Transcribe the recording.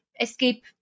escape